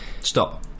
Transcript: Stop